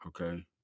Okay